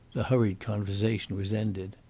the hurried conversation was ended.